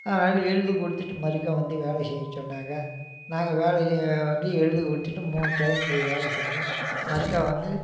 அதனால எழுதி கொடுத்துட்டு மறுக்கா வந்து வேலை செய்ய சொன்னாங்க நாங்கள் வேலையை வந்து எழுதி கொடுத்துட்டு மூணு டைம் போய் வேலை செஞ்சேன் மறுக்கா வந்து